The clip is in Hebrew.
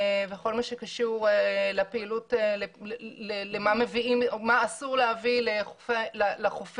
בכל מה שקשור למה אסור להביא לחופים,